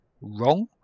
wrong